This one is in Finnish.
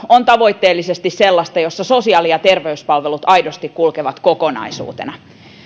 on tavoitteellisesti sellaista jossa sosiaali ja terveyspalvelut aidosti kulkevat kokonaisuutena